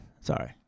Sorry